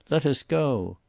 let us go!